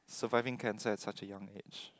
surviving cancer at such a young age